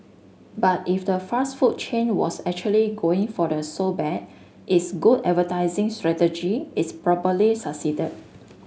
but if the fast food chain was actually going for the so bad it's good advertising strategy its probably succeeded